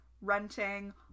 renting